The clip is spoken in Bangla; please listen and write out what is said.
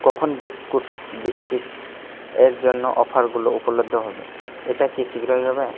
কখন বিস্কুট বিস্কিটস এর জন্য অফারগুলো উপলব্ধ হবে এটা কি শীঘ্রই হবে